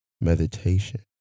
Meditation